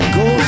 go